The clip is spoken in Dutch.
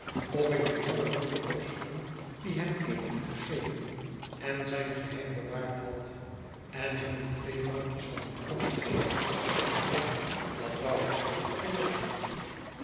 of ik den jongen wilde opzoeken die hem eten gegeven en zijn geheim bewaard had en hem die twee bankjes van een pond geven ja dat wou ik en dat deed ik